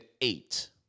eight